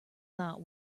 not